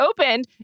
opened